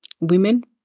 women